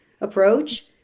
approach